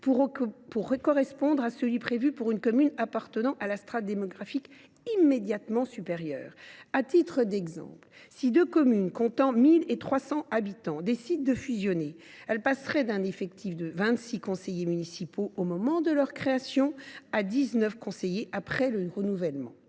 pour correspondre à celui qui est prévu pour une commune appartenant à la strate démographique immédiatement supérieure. À titre d’exemple, si deux communes comptant respectivement 1 000 et 300 habitants décident de fusionner, elles passeraient d’un effectif de vingt six conseillers municipaux au moment de leur création à dix neuf conseillers après le premier renouvellement.